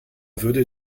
würde